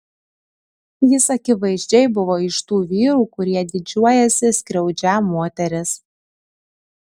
jis akivaizdžiai buvo iš tų vyrų kurie didžiuojasi skriaudžią moteris